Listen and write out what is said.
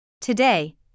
Today